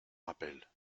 rappelle